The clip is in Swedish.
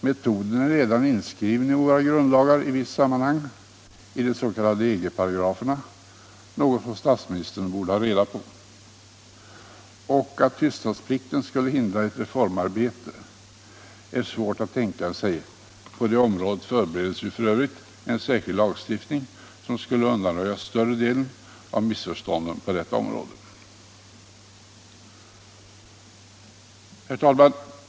Metoden är redan inskriven i våra grundlagar i visst sammanhang, i de s.k. EG-paragraferna — något som statsministern borde känna till. Att tystnadsplikten skulle hindra ett reformarbete är svårt att tänka sig. På det området förbereds f. ö. en särskild lagstiftning som skall undanröja större delen av missförstånden.